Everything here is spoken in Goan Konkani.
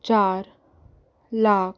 चार लाख